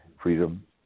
freedom